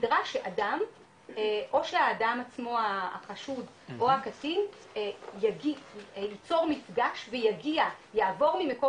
נדרש שאדם או שהאדם עצמו החשוד או הקטין ייצור מפגש ויגיע יועבר ממקום